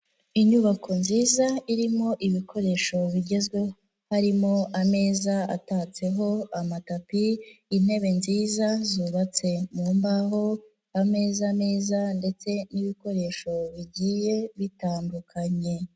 Inyubako nziza irimo ibikoresho bigezweho, harimo ameza atatseho amatapi, intebe nziza zubatse mu mbaho, ameza meza ndetse n'ibikoresho bigiye bitandukanye.